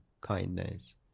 kindness